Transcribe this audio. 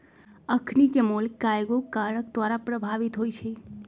अखनिके मोल कयगो कारक द्वारा प्रभावित होइ छइ